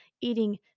eating